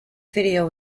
video